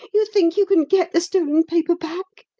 you think you can get the stolen paper back?